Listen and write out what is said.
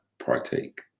partake